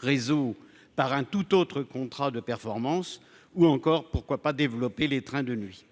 réseau par un tout autre contrat de performance ou encore, pourquoi pas développer les trains de nuit,